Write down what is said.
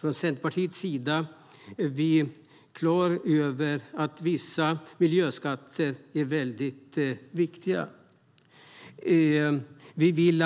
Från Centerpartiets sida är vi klara över att det vi vill